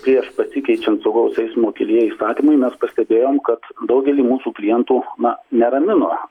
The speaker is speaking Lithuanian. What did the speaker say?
prieš pasikeičiant saugaus eismo kelyje įstatymui mes pastebėjom kad daugelį mūsų klientų na neramino